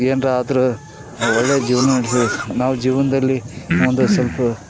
ಏನಾರ ಆದರೂ ಒಳ್ಳೆ ಜೀವನ ನಡ್ಸಿತ್ತು ನಾವು ಜೀವನದಲ್ಲಿ ಒಂದು ಸ್ವಲ್ಪ